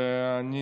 ואני